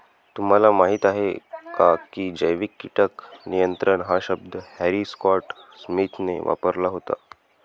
तुम्हाला माहीत आहे का की जैविक कीटक नियंत्रण हा शब्द हॅरी स्कॉट स्मिथने वापरला होता?